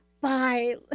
bye